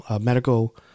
medical